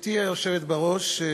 גברתי היושבת בראש,